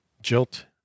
jilt